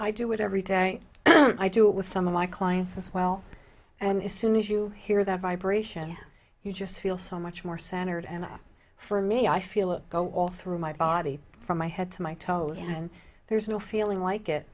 i do it every day i do it with some of my clients as well and as soon as you hear that vibration you just feel so much more centered and for me i feel it go all through my body from my head to my toes and there's no feeling like it